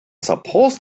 supposed